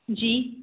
जी